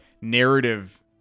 narrative